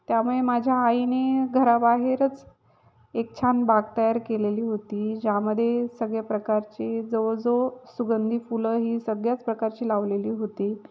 त्यामुळे माझ्या आईने घराबाहेरच एक छान बाग तयार केलेली होती ज्यामध्ये सगळ्या प्रकारची जवळ जवळ सुगंधी फुलं ही सगळ्याच प्रकारची लावलेली होती